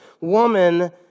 woman